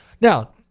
Now